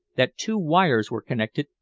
that two wires were connected,